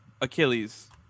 Achilles